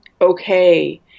okay